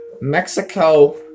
Mexico